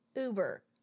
uber